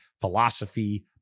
philosophy